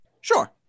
Sure